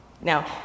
Now